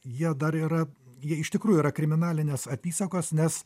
jie dar yra jie iš tikrųjų yra kriminalinės apysakos nes